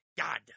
God